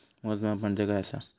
मोजमाप म्हणजे काय असा?